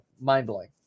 mind-blowing